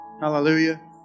Hallelujah